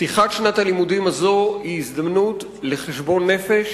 פתיחת שנת הלימודים הזאת היא הזדמנות לחשבון נפש,